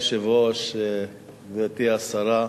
אדוני היושב-ראש, גברתי השרה,